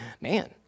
man